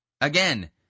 Again